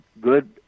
good